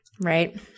Right